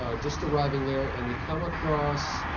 ah just arriving there, and we come across